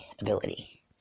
ability